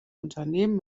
unternehmen